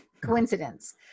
coincidence